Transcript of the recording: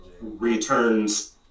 returns